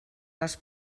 les